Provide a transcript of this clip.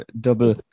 double